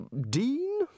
Dean